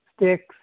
sticks